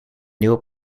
new